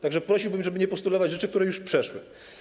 Tak że prosiłbym, żeby nie postulować rzeczy, które już przeszły.